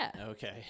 okay